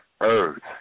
earth